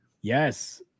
yes